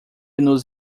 nos